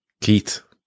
Keith